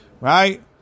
Right